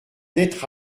d’être